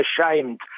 ashamed